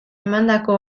emandako